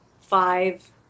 five